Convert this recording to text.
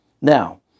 Now